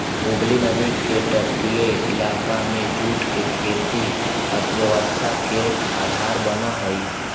हुगली नदी के तटीय इलाका में जूट के खेती अर्थव्यवस्था के आधार बनऽ हई